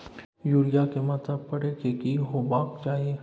Urea के मात्रा परै के की होबाक चाही?